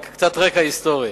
רק קצת רקע היסטורי.